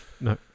no